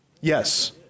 Yes